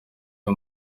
uyu